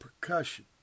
percussion